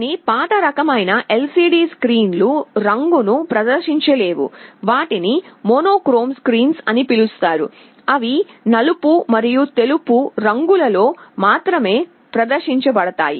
కొన్ని పాత రకమైన LCD స్క్రీన్లు రంగును ప్రదర్శించలేవు వాటిని మోనోక్రోమ్ స్క్రీన్లు అని పిలుస్తారు అవి నలుపు మరియు తెలుపు రంగులలో మాత్రమే ప్రదర్శించబడతాయి